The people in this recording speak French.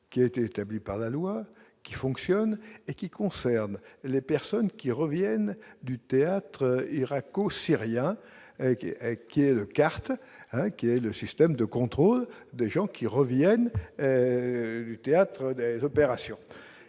qui a été établi par la loi qui fonctionne et qui concerne les personnes qui reviennent du théâtre irako-syrien qui est, qui est le carton Alain qui est le système de contrôle des gens qui reviennent et du théâtre des opérations,